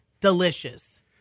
delicious